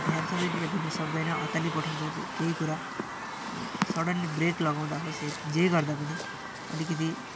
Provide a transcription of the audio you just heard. ध्यान सबैतिर दिन सक्दैन अत्तालिपठाउँछ दे केही कुरा अब सडन्ली ब्रेक लगाउँदा होस् या जे गर्दा पनि अलिकति